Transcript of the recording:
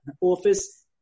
office